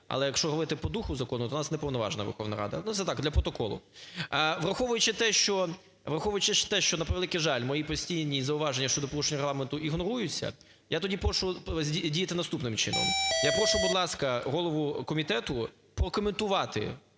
але якщо говорити по духу закону, то у нас неповноважна Верховна Рада, ну, це так для протоколу. Враховуючи те, що, на превеликий жаль, мої постійні зауваження щодо порушення Регламенту ігноруються, я тоді прошу діяти наступним чином. Я прошу, будь ласка, голову комітету прокоментувати,